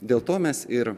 dėl to mes ir